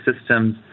systems